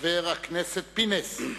חבר הכנסת פינס.